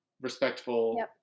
respectful